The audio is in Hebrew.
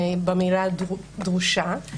במילה דרושה.